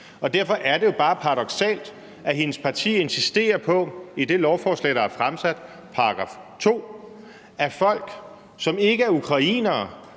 Og derfor er det jo bare paradoksalt, at hendes parti i § 2 i det lovforslag, der er fremsat, insisterer på, at folk, som ikke er ukrainere,